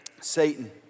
Satan